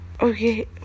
okay